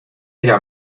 era